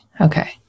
Okay